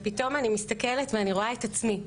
ופתאום אני מסתכלת ואני רואה את עצמי.